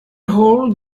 hold